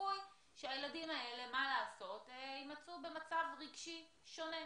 צפוי שהילדים האלה יימצאו במצב רגשי שונה.